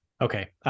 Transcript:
Okay